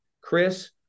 Chris